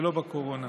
ולא בקורונה?